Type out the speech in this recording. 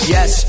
Yes